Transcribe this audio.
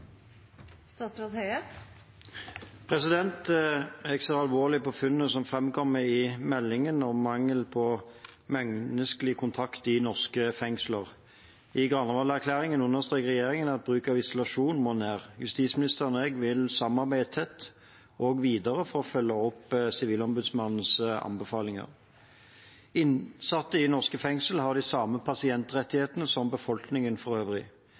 Jeg ser alvorlig på funnene som framkommer i meldingen om mangel på menneskelig kontakt i norske fengsler. I Granavolden-plattformen understreker regjeringen at bruken av isolasjon må ned. Justisministeren og jeg vil samarbeide tett også videre for å følge opp Sivilombudsmannens anbefalinger. Innsatte i norske fengsler har de samme pasientrettighetene som befolkningen for øvrig.